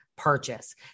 Purchase